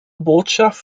botschaft